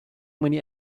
many